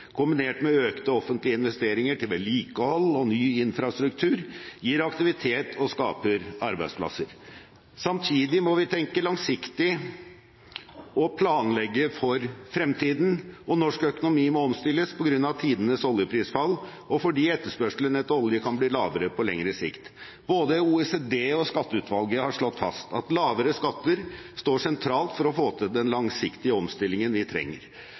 kombinert med økte offentlige investeringer til vedlikehold og ny infrastruktur gir aktivitet og skaper arbeidsplasser. Samtidig må vi tenke langsiktig og planlegge for fremtiden. Norsk økonomi må omstilles på grunn av tidenes oljeprisfall og fordi etterspørselen etter olje kan bli lavere på lengre sikt. Både OECD og skatteutvalget har slått fast at lavere skatter står sentralt for å få til den langsiktige omstillingen vi trenger.